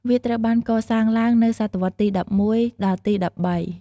វាត្រូវបានកសាងឡើងនៅសតវត្សទី១១ ដល់ទី១៣។